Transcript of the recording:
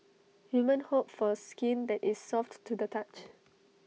women hope for skin that is soft to the touch